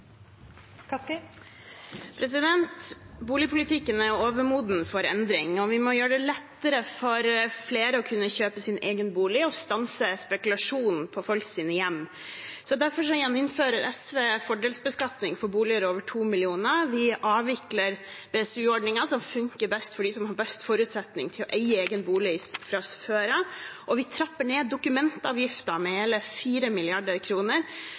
Boligpolitikken er overmoden for endring, og vi må gjøre det lettere for flere å kunne kjøpe sin egen bolig og stanse spekulasjonen på folks hjem. Derfor vil SV gjeninnføre fordelsbeskatning på boliger til over 2 mill. kr, vi vil avvikle BSU-ordningen, som funker best for dem som har best forutsetning til å eie egen bolig fra før, og vi vil trappe ned dokumentavgiften med